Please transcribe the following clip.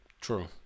True